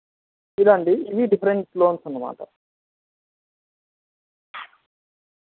ఇదండీ ఇది different loans అన్నమాట